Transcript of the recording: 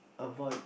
avoid